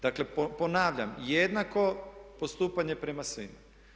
Dakle, ponavljam jednako postupanje prema svima.